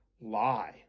lie